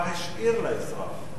מה השאיר לאזרח?